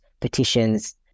petitions